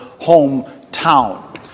hometown